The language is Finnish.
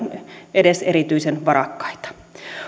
edes erityisen varakkaita